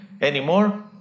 anymore